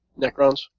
Necrons